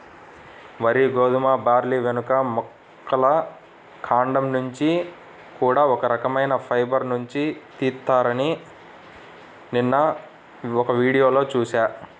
వరి, గోధుమ, బార్లీ, వెదురు మొక్కల కాండం నుంచి కూడా ఒక రకవైన ఫైబర్ నుంచి తీత్తారని నిన్న ఒక వీడియోలో చూశా